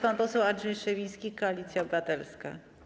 Pan poseł Andrzej Szewiński, Koalicja Obywatelska.